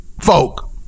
folk